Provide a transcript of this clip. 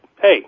Hey